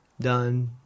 done